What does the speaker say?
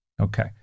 Okay